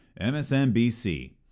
MSNBC